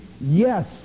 yes